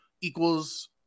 equals